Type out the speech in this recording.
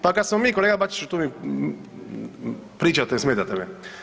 Pa kad smo mi kolega Bačiću tu mi pričate, smetate me.